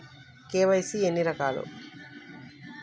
KYC ఎన్ని రకాలు?